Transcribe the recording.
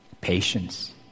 patience